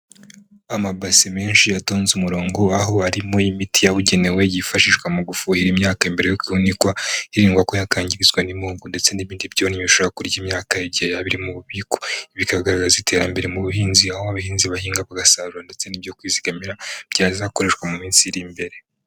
Amabasi menshi atonze umurongo, aho arimo imiti yabugenewe yifashishwa mu gufuhira imyaka mbere yuko ihunikwa hirindwa ko yakangirizwa n'impungu ndetse n'ibindi byonyi bishobora kurya imyaka igihe iri mu bubiko. Bikagaragaza iterambere mu buhinzi aho abahinzi bahinga bagasaruro ndetse n'ibyo kwizigamira byazakoreshwa mu minsi iri imbere.